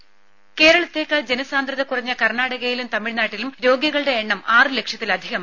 voice രംഭ കേരളത്തേക്കാൾ ജന സാന്ദ്രത കുറഞ്ഞ കർണാടകയിലും തമിഴ്നാട്ടിലും രോഗികളുടെ എണ്ണം ആറു ലക്ഷത്തിലധികമായി